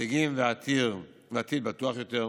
הישגים ועתיד בטוח יותר.